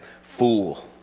fool